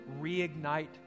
reignite